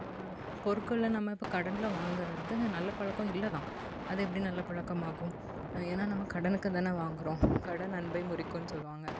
பொருட்களை நம்ம இப்போ கடன்ல வாங்குகிறது நல்ல பழக்கம் இல்லைதான் அது எப்படி நல்ல பழக்கம் ஆகும் அது ஏன்னா நம்ம கடனுக்குதானே வாங்குகிறோம் கடன் அன்பை முறிக்கும்னு சொல்லுவாங்கள்